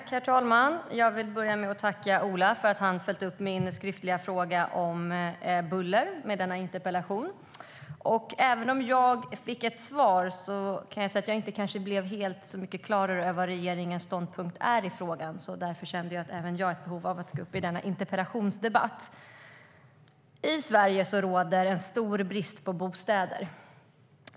Herr talman! Jag vill börja med att tacka Ola Johansson för att han följt upp min skriftliga fråga om buller med denna interpellation. Även om jag fick ett svar kan jag säga att jag kanske inte blev så mycket klarare över vad regeringens ståndpunkt är i frågan. Därför kände även jag ett behov av att delta i denna interpellationsdebatt.I Sverige råder en stor brist på bostäder.